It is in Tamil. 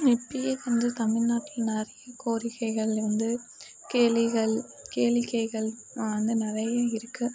இப்போயே கொஞ்சம் தமிழ்நாட்டில் நிறைய கோரிக்கைகள்ல வந்து கேளிகள் கேளிக்கைகள் வந்து நிறைய இருக்கு